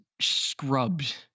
scrubbed